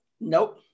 Nope